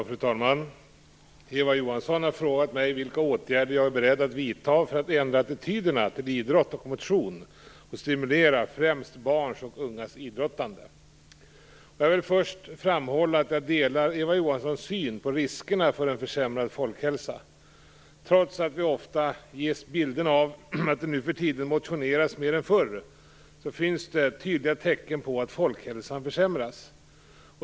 Fru talman! Eva Johansson har frågat mig vilka åtgärder jag är beredd att vidta för att ändra attityderna till idrott och motion och stimulera främst barns och ungas idrottande. Jag vill först framhålla att jag delar Eva Johanssons syn på riskerna för en försämrad folkhälsa. Trots att vi ofta ges bilden av att det nu för tiden motioneras mer än förr så finns det tydliga tecken på att folkhälsan försämras.